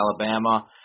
alabama